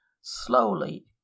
slowly